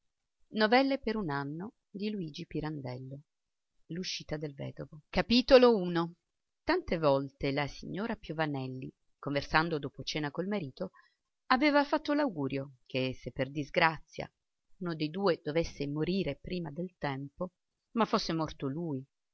pagliocco pensava intanto barbi povero barbi pensava pagliocco tante volte la signora piovanelli conversando dopo cena col marito aveva fatto l'augurio che se per disgrazia uno dei due dovesse morire prima del tempo ma fosse morto lui